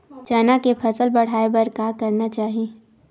चना के फसल बढ़ाय बर का करना चाही?